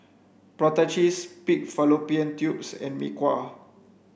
prata cheese pig fallopian tubes and mee kuah